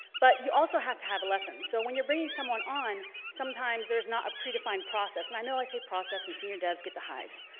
but you also have to have a lesson so when you're bringing someone on, sometimes there's not a predefined process and i know i say process and senior devs get the hives,